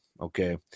Okay